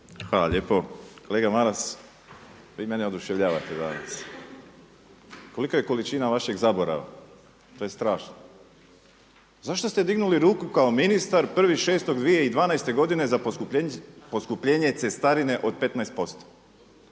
Hvala lijepo. Kolega Maras, vi mene oduševljavate danas. Kolika je količina vašeg zaborava, to je strašno. Zašto ste dignuli ruku kao ministar 1.6.2012. godine za poskupljenje cestarine od 15%?